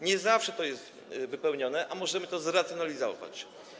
Nie zawsze to jest wypełnione, a możemy to zracjonalizować.